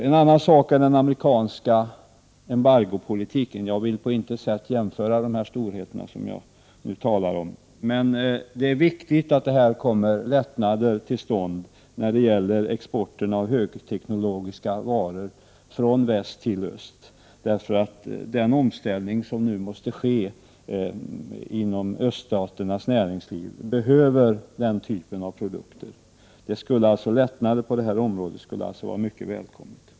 En annan fråga gäller den amerikanska embargopolitiken. Jag vill framhålla att jag på intet sätt storleksmässigt vill jämföra de frågor jag nu talar om. Det är dock viktigt att det kommer lättnader till stånd när det gäller exporten av högteknologiska varor från väst till öst. Den omställning som nu måste ske inom öststaternas näringsliv behöver den typen av produkter. Lättnader på detta område skulle alltså vara mycket välkomna.